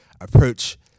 approach